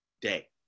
day